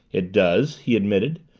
it does, he admitted.